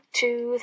two